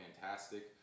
fantastic